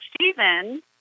Stephen